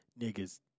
niggas